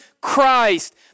Christ